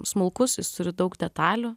smulkus jis turi daug detalių